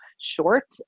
short